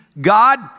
God